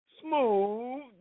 smooth